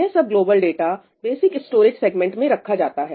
यह सब global data BSS basic storage segment में रखा जाता है